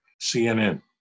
CNN